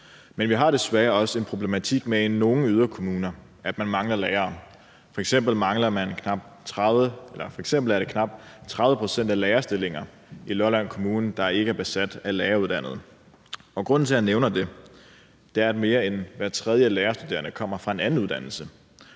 Men vi har desværre også en problematik med, at man i nogle yderkommuner mangler lærere; f.eks. er knap 30 pct. af lærerstillinger i Lolland Kommune ikke besat med uddannede lærere. Grunden til, at jeg nævner det, er, at mere end hver tredje lærerstuderende kommer fra en anden uddannelse.